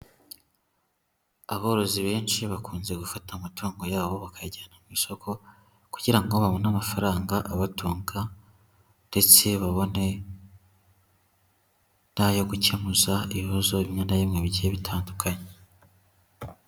Aborozi benshi bakunze gufata amatungo yabo bakayajyana ku isoko, kugira ngo babone amafaranga abatunga ndetse babone n'ayo gukemuza ibibazo bimwe na bimwe bigiye bitandukanye.